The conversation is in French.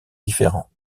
différents